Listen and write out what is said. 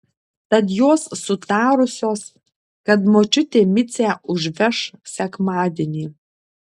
tad jos sutarusios kad močiutė micę užveš sekmadienį